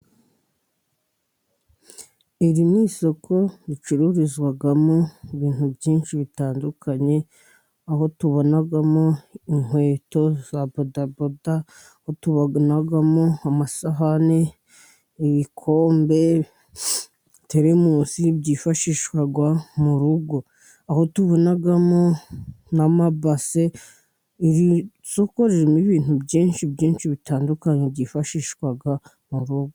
Iri ni isoko ricururizwamo ibintu byinshi bitandukanye, aho tubonamo inkweto za badaboda, aho tubonamo amasahani, ibikombe, tehelemos, byifashishwa mu rugo aho tubonamo n'amabase, iri soko ririmo ibintu byinshi byinshi bitandukanye, byifashishwa mu rugo.